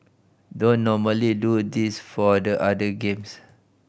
don't normally do this for the other games